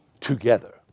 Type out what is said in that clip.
together